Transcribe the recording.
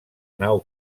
nau